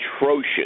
atrocious